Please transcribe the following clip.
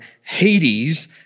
Hades